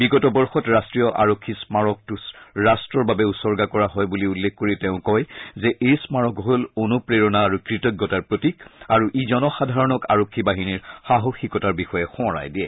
বিগত বৰ্ষত ৰাষ্ট্ৰীয় আৰক্ষী স্মাৰকটো ৰাষ্টৰ বাবে উছৰ্গা কৰা হয় বুলি উল্লেখ কৰি তেওঁ কয় যে এই স্মাৰক হল অনুপ্ৰেৰণা আৰু কৃতজ্ঞতাৰ প্ৰতীক আৰু ই জনসাধাৰণক আৰক্ষী বাহিনীৰ সাহসিকতাৰ বিষয়ে সোঁৱৰাই দিয়ে